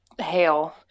hail